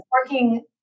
working